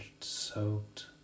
soaked